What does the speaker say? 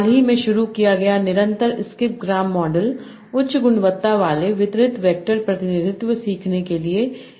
हाल ही में शुरू किया गया निरंतर स्किप ग्राम मॉडल उच्च गुणवत्ता वाले वितरित वेक्टर प्रतिनिधित्व सीखने के लिए एक प्रभावी तरीका है